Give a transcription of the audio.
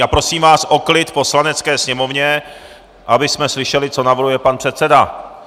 A prosím vás o klid v Poslanecké sněmovně, abychom slyšeli, co navrhuje pan předseda!